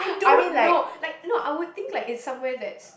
I don't know like no I would think like it's somewhere that's